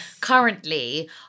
currently